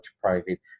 private